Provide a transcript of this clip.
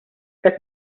qed